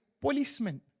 policemen